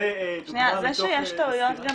זו דוגמה --- שנייה, זה שיש טעויות גם